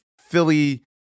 Philly